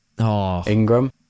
Ingram